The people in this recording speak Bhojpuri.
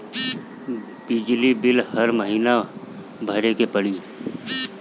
बिजली बिल हर महीना भरे के पड़ी?